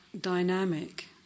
dynamic